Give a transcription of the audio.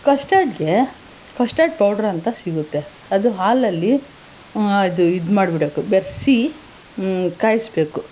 ಕಸ್ಟಡ್ಗೆ custard powder ಅಂತ ಸಿಗುತ್ತೆ ಅದು ಹಾಲಲ್ಲಿ ಇದು ಇದು ಮಾಡಿಬಿಡ್ಬೇಕು ಬೆರೆಸಿ ಕಾಯಿಸಬೇಕು